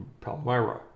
Palmyra